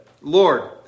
Lord